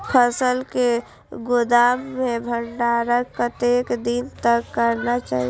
फसल के गोदाम में भंडारण कतेक दिन तक करना चाही?